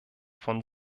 von